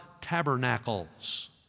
tabernacles